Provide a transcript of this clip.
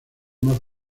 más